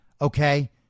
Okay